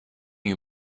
you